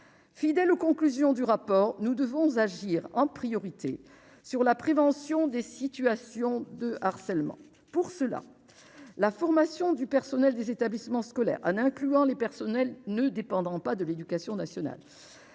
fidèle aux conclusions du rapport, nous devons agir en priorité sur la prévention des situations de harcèlement pour cela, la formation du personnel des établissements scolaires en incluant les personnels ne dépendant pas de l'Éducation nationale,